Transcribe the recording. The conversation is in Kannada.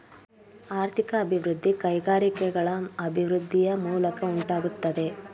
ಆರ್ಥಿಕ ಅಭಿವೃದ್ಧಿ ಕೈಗಾರಿಕೆಗಳ ಅಭಿವೃದ್ಧಿಯ ಮೂಲಕ ಉಂಟಾಗುತ್ತದೆ